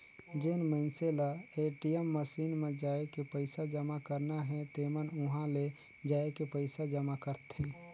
जेन मइनसे ल ए.टी.एम मसीन म जायके पइसा जमा करना हे तेमन उंहा ले जायके पइसा जमा करथे